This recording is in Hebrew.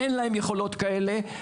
אין להם יכולות כאלה.